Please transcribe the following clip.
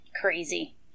Crazy